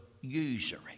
usury